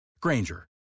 Granger